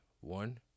One